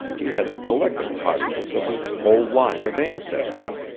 he had the collected haughtiness of his whole line of ancestry.